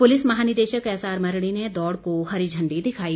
police महानिदेशक SR Mardi ने दौड़ को हरी झंडी दिखाई